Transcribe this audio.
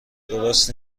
درست